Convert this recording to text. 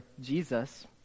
Jesus